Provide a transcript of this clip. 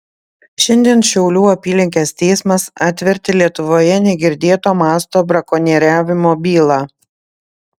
šiandien šiaulių apylinkės teismas atvertė lietuvoje negirdėto masto brakonieriavimo bylą